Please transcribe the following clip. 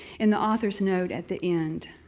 in the author's note at the end,